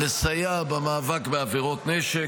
לסייע במאבק בעבירות נשק,